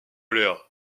léa